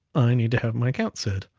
i need to have my account sid.